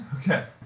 Okay